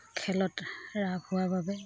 খেলত ৰাপ হোৱাৰ বাবে